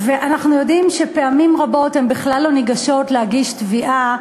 אנחנו יודעים שפעמים רבות הן בכלל לא ניגשות להגיש תביעה,